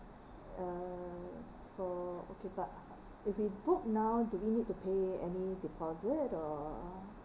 uh for okay but if we book now do we need to pay any deposit or